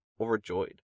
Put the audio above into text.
overjoyed